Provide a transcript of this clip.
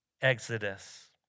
exodus